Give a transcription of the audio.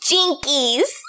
Jinkies